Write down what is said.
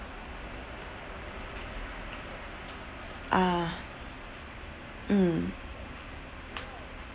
ah mm